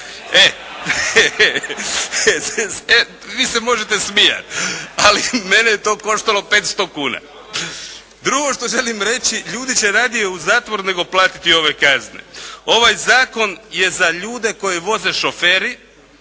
E vi se možete smijati, ali mene je to koštalo 500 kn. Drugo što želim reći ljudi će radije u zatvor nego platiti ove kazne. Ovaj zakon je za ljude koje voze šoferi